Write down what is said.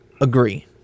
Agree